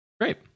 Great